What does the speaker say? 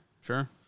Sure